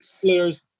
players